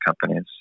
companies